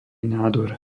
nádor